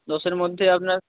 দশের মধ্যে আপনার